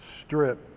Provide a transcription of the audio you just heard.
Strip